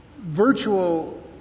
virtual